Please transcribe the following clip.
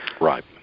Right